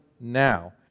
now